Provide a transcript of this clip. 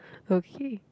okay